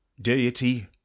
deity